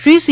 Shri C